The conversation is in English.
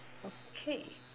okay